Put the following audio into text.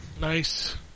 Nice